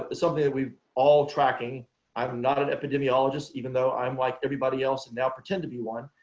ah something that we've all tracking i'm not an epidemiologist even though i'm like everybody else and now pretend to be one,